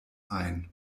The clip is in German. ein